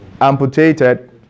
amputated